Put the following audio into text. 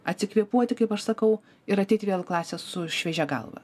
atsikvėpuoti kaip aš sakau ir ateiti vėl į klasę su šviežia galva